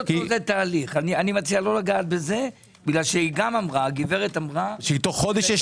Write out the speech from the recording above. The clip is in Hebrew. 24'. אני מציע לא לגעת בזה כי הגברת אמרה - תוך חודש.